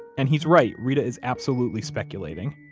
and he's right. reta is absolutely speculating.